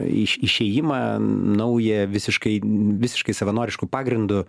iš išėjimą naują visiškai n visiškai savanorišku pagrindu